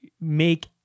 make